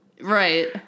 right